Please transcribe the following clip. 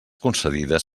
concedides